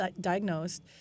diagnosed